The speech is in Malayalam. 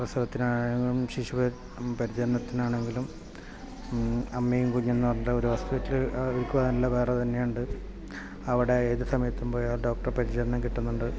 പ്രസവത്തിനാണെങ്കിലും ശിശുപരിചരണത്തിനാണെങ്കിലും അമ്മയും കുഞ്ഞും നല്ലൊരു ഹോസ്പിറ്റൽ അവർക്ക് നല്ല വേറെ തന്നെ ഉണ്ട് അവിടെ ഏത് സമയത്തും പോയാൽ ഡോക്ടർ പരിചരണം കിട്ടുന്നുണ്ട്